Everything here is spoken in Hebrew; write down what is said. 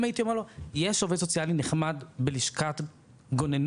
אם הייתי אומר לו "יש עובד סוציאלי נחמד בלשכת גוננים,